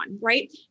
right